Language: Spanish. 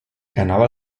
ganaba